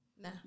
no